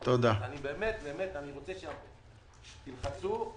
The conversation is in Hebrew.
אני רוצה שתלחצו.